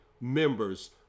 members